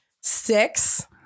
Six